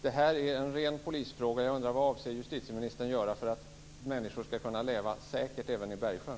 Det är en ren polisfråga, och jag undrar vad justitieministern avser att göra för att människor ska kunna leva säkert även i Bergsjön.